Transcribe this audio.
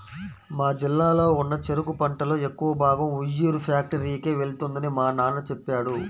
మా జిల్లాలో ఉన్న చెరుకు పంటలో ఎక్కువ భాగం ఉయ్యూరు ఫ్యాక్టరీకే వెళ్తుందని మా నాన్న చెప్పాడు